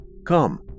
come